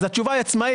אז התשובה היא עצמאי,